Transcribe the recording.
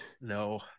No